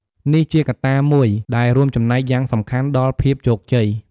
នេះជាកត្តាមួយដែលរួមចំណែកយ៉ាងសំខាន់ដល់ភាពជោគជ័យ។